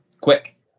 quick